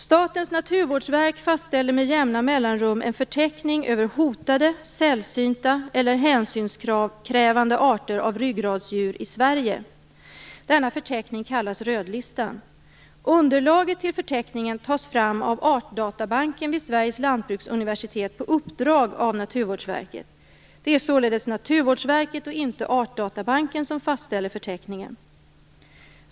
Statens naturvårdsverk fastställer med jämna mellanrum en förteckning över hotade, sällsynta eller hänsynskrävande arter av ryggradsdjur i Sverige. Denna förteckning kallas "rödlistan". Underlaget till förteckningen tas fram av Artdatabanken vid Sveriges lantbruksuniversitet på uppdrag av Naturvårdsverket. Det är således Naturvårdsverket och inte Artdatabanken som fastställer förteckningen.